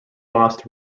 lost